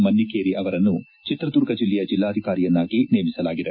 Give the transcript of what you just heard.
ಮನ್ನಿಕೇರಿ ಅವರನ್ನು ಚಿತ್ರದುರ್ಗ ಜಿಲ್ಲೆಯ ಜಿಲ್ಲಾಧಿಕಾರಿಯನ್ನಾಗಿ ನೇಮಿಸಲಾಗಿದೆ